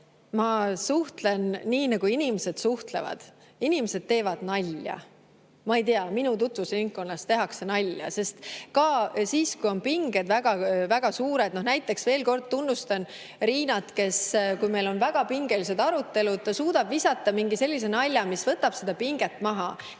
Ma suhtlen nii, nagu inimesed suhtlevad. Inimesed teevad nalja, ma ei tea, minu tutvusringkonnas tehakse nalja, ka siis, kui pinged on väga-väga suured. Näiteks veel kord tunnustan Riinat, kes, kui meil on väga pingelised arutelud, suudab visata mingi sellise nalja, mis võtab seda pinget maha,